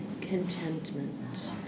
contentment